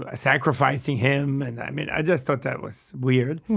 ah sacrificing him. and i mean, i just thought that was weird.